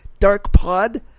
DarkPod